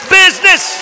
business